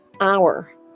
hour